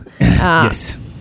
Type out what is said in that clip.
Yes